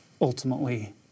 ultimately